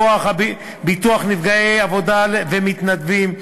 גמלאות מכוח ביטוח נפגעי עבודה ומתנדבים,